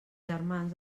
germans